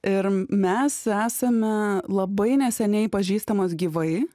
ir mes esame labai neseniai pažįstamos gyvai